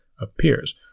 appears